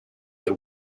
the